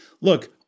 Look